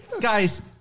Guys